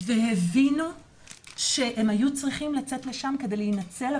והבינו שהם היו צריכים לצאת לשם כדי להינצל.